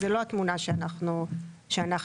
זו לא התמונה שאנחנו רואים.